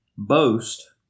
boast